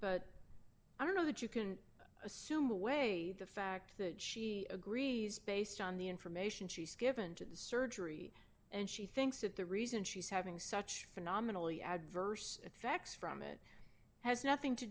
but i don't know that you can assume away the fact that she agrees based on the information she's given to the surgery and she thinks that the reason she's having such phenomenally adverse effects from it has nothing to